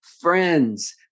friends